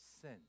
sin